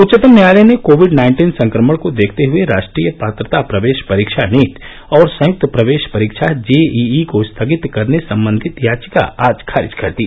उच्चतम न्यायालय ने कोविड नाइन्टीन संक्रमण को देखते हए राष्ट्रीय पात्रता प्रवेश परीक्षा नीट और संयुक्त प्रवेश परीक्षा जेईई को स्थगित करने संबंधी याविका आज खारिज कर दी